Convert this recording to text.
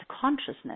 consciousness